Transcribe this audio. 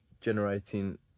generating